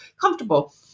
comfortable